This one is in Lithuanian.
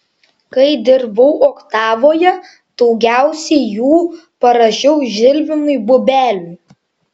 kai dirbau oktavoje daugiausiai jų parašiau žilvinui bubeliui